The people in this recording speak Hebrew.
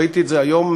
ראיתי את זה היום,